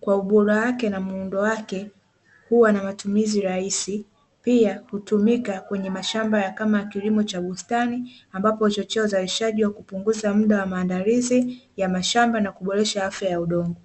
Kwa ubora wake na muundo wake, huwa na matumizi rahisi pia hutumika kwenye mashamba ya kama kilimo cha bustani ambapo huchochea uzalishaji wa kupunguza muda wa maandalizi ya mashamba na kuboresha afya ya udongo.